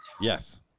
Yes